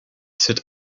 sit